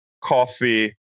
coffee